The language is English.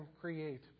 create